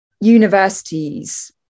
universities